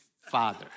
father